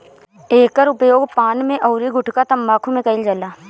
एकर उपयोग पान में अउरी गुठका तम्बाकू में कईल जाला